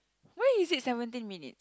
why is it seventeen minutes